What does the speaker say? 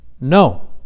no